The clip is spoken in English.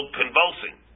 convulsing